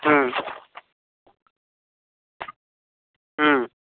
হুম হুম